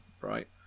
right